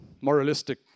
moralistic